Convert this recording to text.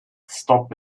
stop